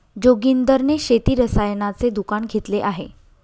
जोगिंदर ने शेती रसायनाचे दुकान घेतले आहे